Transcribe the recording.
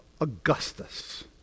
Augustus